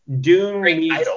Dune